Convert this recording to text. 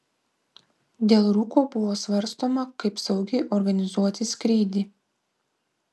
dėl rūko buvo svarstoma kaip saugiai organizuoti skrydį